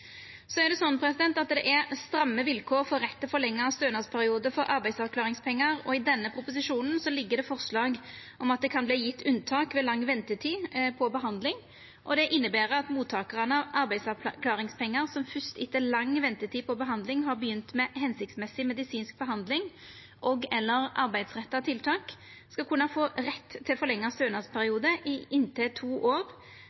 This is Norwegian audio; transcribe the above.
Så er det stramme vilkår for rett til forlengd stønadsperiode for arbeidsavklaringspengar, og i denne proposisjonen ligg det forslag om at det kan verta gjeve unntak ved lang ventetid på behandling. Det inneber at mottakarane av arbeidsavklaringspengar som fyrst etter lang ventetid på behandling har begynt med hensiktsmessig medisinsk behandling og/eller arbeidsretta tiltak, skal kunna få rett til forlengd stønadsperiode i inntil to år,